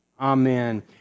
Amen